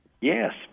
Yes